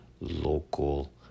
local